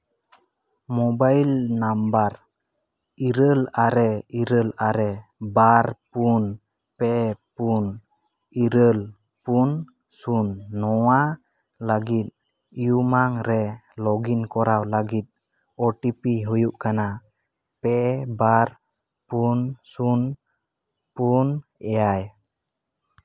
mobile number ᱤᱨᱟᱹᱞ ᱟᱨᱮ ᱤᱨᱟᱹᱞ ᱟᱨᱮ ᱵᱟᱨ ᱯᱩᱱ ᱯᱮ ᱯᱩᱱ ᱤᱨᱟᱹᱞ ᱯᱩᱱ ᱥᱩᱱ ᱱᱚᱣᱟ ᱞᱟᱹᱜᱤᱫ ᱤᱭᱩᱢᱟᱝ ᱨᱮ ᱞᱚᱜᱽ ᱤᱱ ᱠᱚᱨᱟᱣ ᱞᱟᱹᱜᱤᱫ ᱳ ᱴᱤ ᱯᱤ ᱦᱩᱭᱩᱜ ᱠᱟᱱᱟ ᱯᱮ ᱵᱟᱨ ᱯᱩᱱ ᱥᱩᱱ ᱯᱩᱱ ᱮᱭᱟᱭ